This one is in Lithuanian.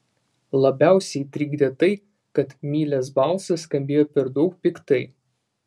labiausiai trikdė tai kad milės balsas skambėjo per daug piktai